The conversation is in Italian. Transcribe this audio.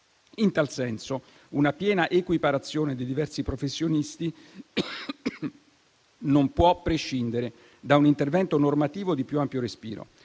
In tal senso, una piena equiparazione dei diversi professionisti non può prescindere da un intervento normativo di più ampio respiro